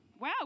Wow